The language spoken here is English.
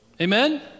Amen